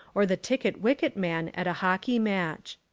or the ticket wicket man at a hockey match.